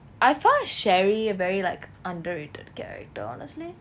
I found sherry very like underrated character honestly